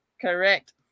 Correct